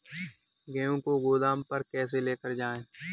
गेहूँ को गोदाम पर कैसे लेकर जाएँ?